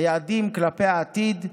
היעדים לעתיד: